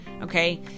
Okay